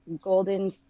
golden